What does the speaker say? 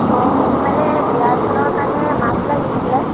অ' মোক মানে বিয়া এখনৰ কাৰণে মাছ লাগিছিলে